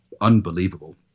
unbelievable